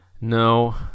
No